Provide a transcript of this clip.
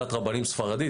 ועדת רבנית ספרדים.